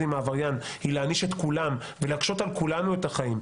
עם העבריין היא להעניש את כולם ולהקשות על כולנו את החיים,